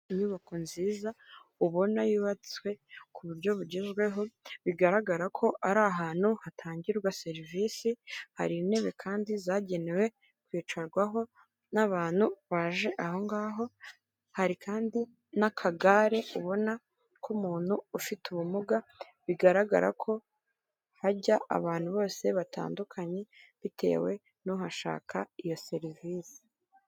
Inyubako nziza ubona yubatswe ku buryo bugezweho bigaragara ko ari ahantu hatangirwa serivisi hari intebe kandi zagenewe kwicarwaho n'abantu baje aho ngaho hari kandi n'akagare ubona k'umuntu ufite ubumuga bigaragara ko hajya abantu bose batandukanye bitewe n 'uhashaka iyo serivisi.